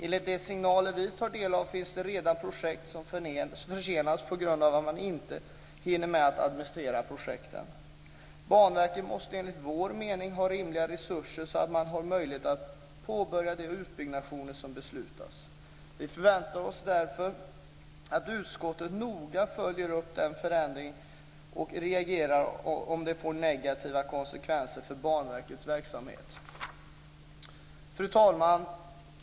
Enligt de signaler vi tar del av finns det redan projekt som försenats på grund av att man inte hinner med att administrera projekten. Banverket måste enligt vår mening ha rimliga resurser så att man har möjlighet att påbörja de utbyggnationer som beslutats. Vi förväntar oss därför att utskottet noga följer upp denna förändring och reagerar om den får negativa konsekvenser för Banverkets verksamhet. Fru talman!